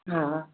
हँ